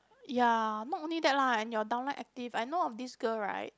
ya not only that lah and your down line active I know of this girl right